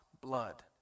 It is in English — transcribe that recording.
blood